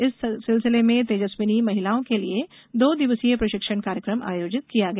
इस सिलसिले में तेजस्विनी महिलाओं के लिए दो दिवसीय प्रशिक्षण कार्यक्रम आयोजित किया गया